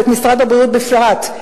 ואת משרד הבריאות בפרט,